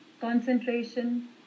concentration